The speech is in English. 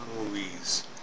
movies